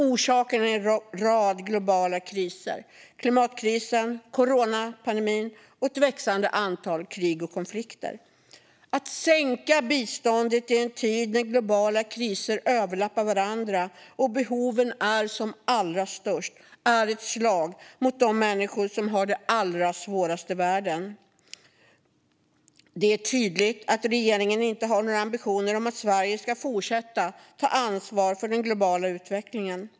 Orsaken är en rad globala kriser - klimatkrisen, coronapandemin och ett växande antal krig och konflikter. Att sänka biståndet i en tid när globala kriser överlappar varandra och behoven är som allra störst innebär ett slag mot de människor som har det allra svårast i världen. Det är tydligt att regeringen inte har några ambitioner om att Sverige ska fortsätta ta ansvar för den globala utvecklingen.